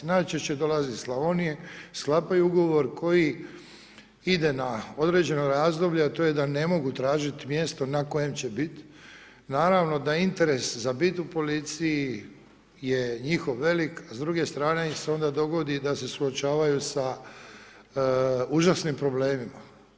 Najčešće dolaze iz Slavonije, sklapaju ugovor koji ide na određeno razdoblje a to je da ne mogu tražiti mjesto na kojem će biti, naravno da interes za biti u policiji je njihov veli a s druge strane im se onda dogodi da se suočavaju sa užasnim problemima.